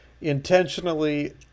intentionally